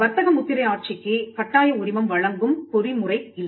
வர்த்தக முத்திரை ஆட்சிக்கு கட்டாய உரிமம் வழங்கும் பொறிமுறை இல்லை